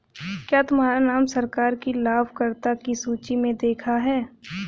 क्या तुम्हारा नाम सरकार की लाभकर्ता की सूचि में देखा है